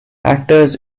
actors